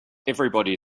everybody